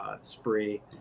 spree